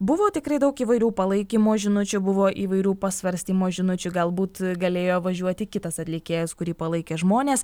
buvo tikrai daug įvairių palaikymo žinučių buvo įvairių pasvarstymų žinučių galbūt galėjo važiuoti kitas atlikėjas kurį palaikė žmonės